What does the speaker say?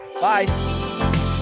Bye